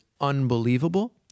unbelievable